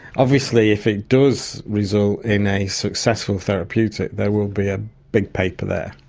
obviously if it does result in a successful therapeutic there will be a big paper there.